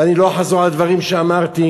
ואני לא אחזור על הדברים שאמרתי,